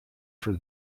for